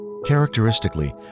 Characteristically